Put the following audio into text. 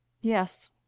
Yes